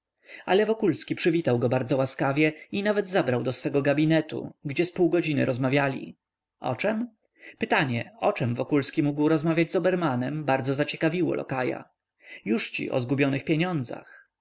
ale wokulski przywitał go bardzo łaskawie i nawet zabrał do swego gabinetu gdzie z pół godziny rozmawiali o czem pytanie o czem wokulski mógł rozmawiać z obermanem bardzo zaciekawiało lokaja jużci o zgubionych pieniądzach